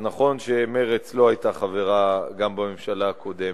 אז נכון שמרצ לא היתה חברה גם בממשלה הקודמת,